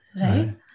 Right